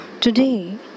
Today